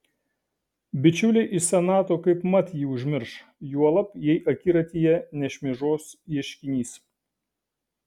bičiuliai iš senato kaipmat jį užmirš juolab jei akiratyje nešmėžuos ieškinys